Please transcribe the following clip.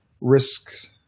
risks